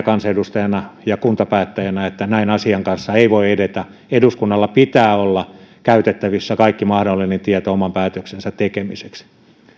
kansanedustajana ja kuntapäättäjänä siinä että näin asian kanssa ei voi edetä eduskunnalla pitää olla käytettävissä kaikki mahdollinen tieto oman päätöksensä tekemiseksi